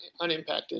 unimpacted